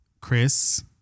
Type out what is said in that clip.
Chris